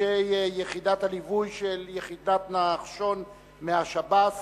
אנשי יחידת הליווי של יחידת נחשון מהשב"ס.